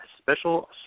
special